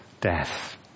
death